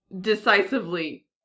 decisively